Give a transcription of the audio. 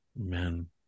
Amen